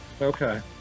Okay